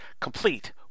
complete